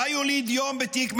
מה יוליד יום בתיק 101,